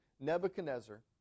Nebuchadnezzar